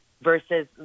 versus